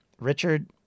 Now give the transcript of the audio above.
Richard